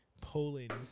Poland